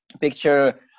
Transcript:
picture